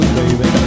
baby